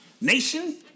nation